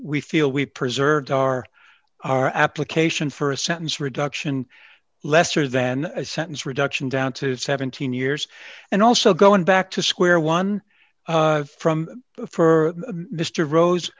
we feel we preserved our our application for a sentence reduction lesser than a sentence reduction down to seventeen years and also going back to square one from for mr rose